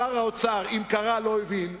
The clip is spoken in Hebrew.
שר האוצר, אם קרא, לא הבין,